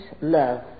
love